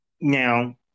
Now